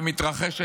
ולעיתים מתרחשת,